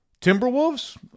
Timberwolves